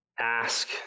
Ask